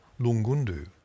Lungundu